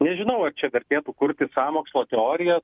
nežinau ar čia vertėtų kurti sąmokslo teoriją